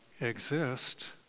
exist